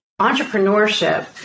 entrepreneurship